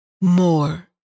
more